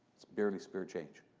it's barely spare change.